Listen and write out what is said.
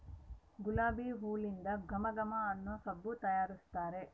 ಗುಲಾಬಿ ಹೂಲಿಂದ ಘಮ ಘಮ ಅನ್ನೊ ಸಬ್ಬು ತಯಾರಿಸ್ತಾರ